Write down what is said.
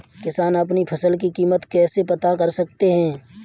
किसान अपनी फसल की कीमत कैसे पता कर सकते हैं?